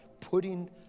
putting